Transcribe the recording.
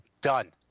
Done